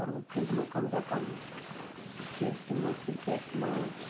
आओर ओहि फील्डमे कमसँ कम एक टीममे किरकेटमे